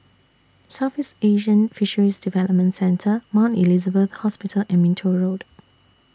Southeast Asian Fisheries Development Centre Mount Elizabeth Hospital and Minto Road